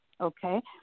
Okay